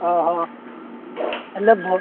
ଓହୋ ହେଲେ